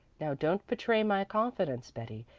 now don't betray my confidence, betty,